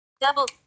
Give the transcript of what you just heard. Double